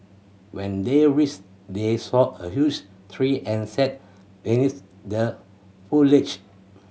when they reached they saw a huge tree and sat beneath the foliage